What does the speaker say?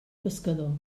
pescador